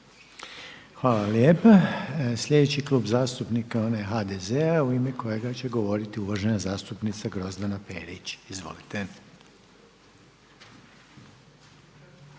Hvala lijepa. Sljedeći Klub zastupnika HDZ-a u ime kojega će govoriti uvažena zastupnica Grozdana Perić. Izvolite.